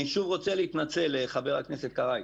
שוב, אני רוצה להתנצל, חבר הכנסת קרעי.